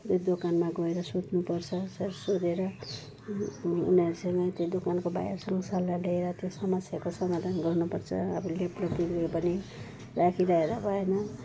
दोकानमा गएर सोध्नुपर्छ सोधेर उनीहरूसँग त्यहाँ दोकानको भाइहरूसँग सल्लाह लिएर त्यो समस्याको समाधान गर्नुपर्छ आफूले राखिरहेर भएन